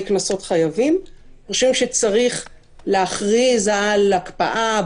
קנסות חייבים משום שצריך להכריז על הקפאה,